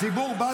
הציבור בז לך.